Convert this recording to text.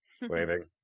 waving